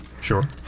Sure